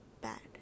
bad